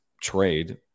trade